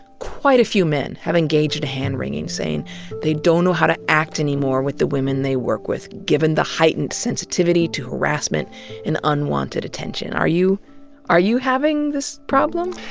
quite a few men have engaged in hand-wringing, saying they don't know how to act anymore with the women they work with, given the heightened sensitivity to harassment and unwanted attention. are you are you having this problem?